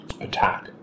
attack